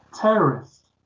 terrorist